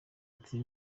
ati